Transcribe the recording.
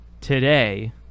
today